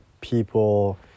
people